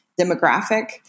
demographic